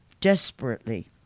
desperately